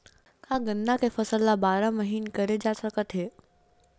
का गन्ना के फसल ल बारह महीन करे जा सकथे?